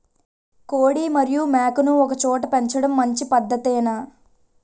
కోడి మరియు మేక ను ఒకేచోట పెంచడం మంచి పద్ధతేనా?